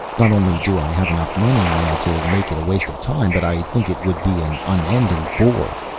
not only do i have enough money now to make it a waste of time, but i think it would be an unending bore.